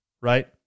right